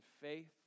faith